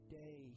day